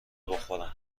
بخورم